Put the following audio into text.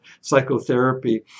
psychotherapy